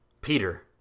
Peter